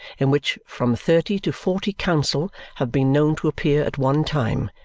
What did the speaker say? in which from thirty to forty counsel have been known to appear at one time,